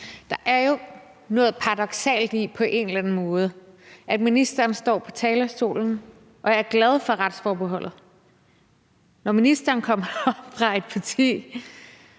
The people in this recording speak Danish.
Der er jo på en eller anden måde noget paradoksalt i, at ministeren står på talerstolen og er glad for retsforbeholdet, når ministeren kommer fra et parti,